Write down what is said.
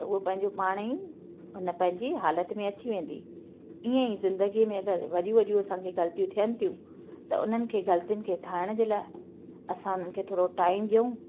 त उहो पंहिंजे पाण ई हुन पंहिंजी हालति में अची वेंदी ईअं ई ज़िंदगी में अगरि वॾियूं वॾियूं असांखे ग़लतियूं थियनि थियूं त उन्हनि खे ग़लतियुनि खे ठाहिण जे लाइ असां उन्हनि खे थोरो टाइम ॾियूं